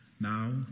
Now